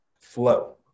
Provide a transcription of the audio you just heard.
flow